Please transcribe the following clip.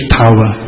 power